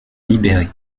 libérer